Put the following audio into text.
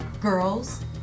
Girls